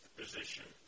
position